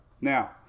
Now